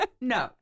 no